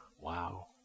wow